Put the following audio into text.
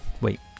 wait